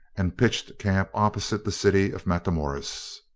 and pitched camp opposite the city of matamoras.